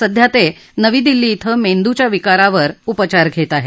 सध्या ते नवी दिल्ली िव्वें मेंदूच्या विकारावर उपचार घेत आहेत